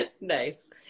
Nice